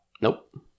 Nope